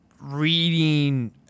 reading